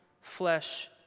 flesh